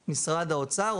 פניתי למשרד האוצר.